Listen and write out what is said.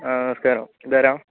ആ നമസ്കാരം ഇതാരാണ്